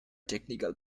technical